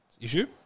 issue